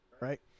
right